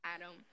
adam